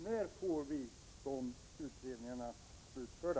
När får vi utredningarna slutförda?